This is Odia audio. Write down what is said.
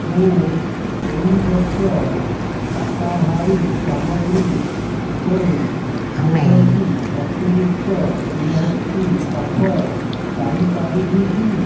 ମୁଁ ଏହି ବର୍ଷ ଶାକାହାରୀ ସାମଗ୍ରୀ ଉପରେ କୌଣସି ଅତିରିକ୍ତ ରିହାତି ଅଫର୍ ପାଇ ପାରିବି କି